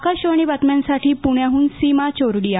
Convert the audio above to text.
आकाशवाणीबातम्यांसाठीपुण्याहून Seema Chordia